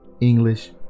English